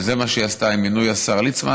וזה מה שהיא עשתה עם מינוי השר ליצמן,